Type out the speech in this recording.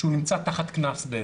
שאז הוא נמצא תחת איום בקנס בעצם.